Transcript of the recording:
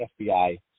FBI